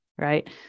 right